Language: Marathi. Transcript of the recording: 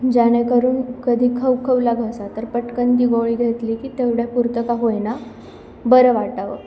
जेणेकरून कधी खवखवला घसा तर पटकन ती गोळी घेतली की तेवढ्यापुरतं का होईना बरं वाटावं